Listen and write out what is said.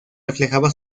reflejaba